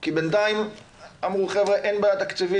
כי בינתיים חבר'ה אמרו שאין בעיה תקציבית,